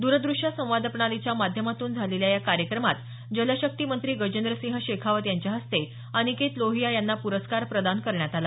द्रदृश्य संवाद प्रणालीच्या माध्यमातून झालेल्या या कार्यक्रमात जलशक्ती मंत्री गजेंद्रसिंह शेखावत यांच्या हस्ते अनिकेत लोहिया यांना प्रस्कार प्रदान करण्यात आला